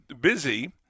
busy